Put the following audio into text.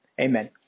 amen